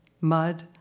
mud